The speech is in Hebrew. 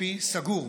כספי סגור.